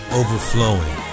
overflowing